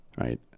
Right